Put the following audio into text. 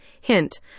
Hint